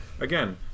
again